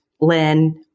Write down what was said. Lynn